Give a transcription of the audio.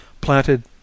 planted